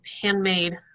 handmade